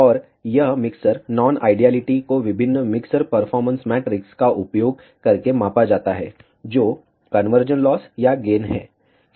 और यह mixer non ideality को विभिन्न मिक्सर परफॉरमेंस मैट्रिक्स का उपयोग करके मापा जाता है जो कन्वर्जन लॉस या गेन हैं